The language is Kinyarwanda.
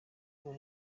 nka